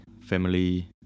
family